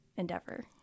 Endeavor